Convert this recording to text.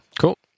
Cool